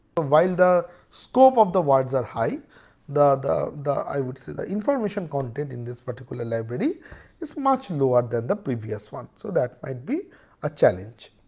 ah while the scope of the words are high the the i would say the information content in this particular library is much lower than the previous one. so that might be a challenge.